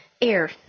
air